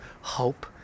hope